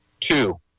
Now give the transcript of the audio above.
Two